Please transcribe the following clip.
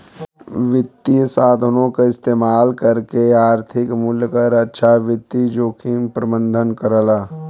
वित्तीय साधनों क इस्तेमाल करके आर्थिक मूल्य क रक्षा वित्तीय जोखिम प्रबंधन करला